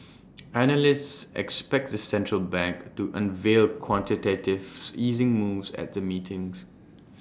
analysts expect the central bank to unveil quantitative easing moves at the meetings